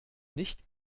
nicht